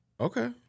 Okay